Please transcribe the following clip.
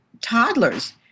toddlers